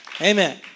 Amen